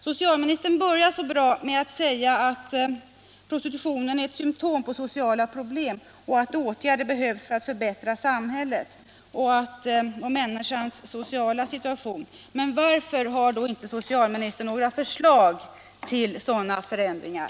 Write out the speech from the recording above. Socialministern började så bra med att säga att prostitutionen är ett symtom på sociala problem och att åtgärder behövs för att förbättra samhället och människornas sociala situation. Men varför har då inte socialministern några förslag till sådana förändringar?